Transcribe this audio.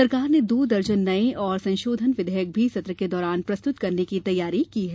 सरकार ने दो दर्जन नये और संशोधन विधयक भी सत्र के दौरान प्रस्तुत करने की तैयारी की है